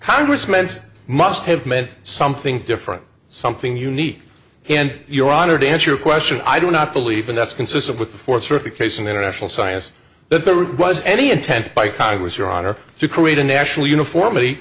congress meant must have meant something different something unique and your honor to answer a question i do not believe and that's consistent with the fourth circuit case in international science that there was any intent by congress your honor to create a national